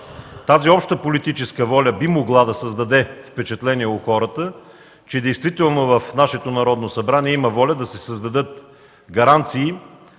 Тази обща политическа воля би могла да създаде впечатление у хората, че действително в нашето Народно събрание има воля да се създадат гаранции